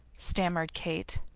stammered kate.